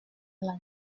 guerre